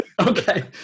Okay